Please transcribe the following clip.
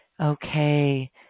Okay